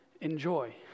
enjoy